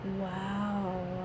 Wow